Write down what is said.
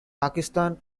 pakistan